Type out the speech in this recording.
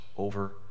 over